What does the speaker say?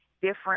different